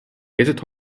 keset